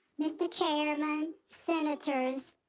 mr. chairman, senators,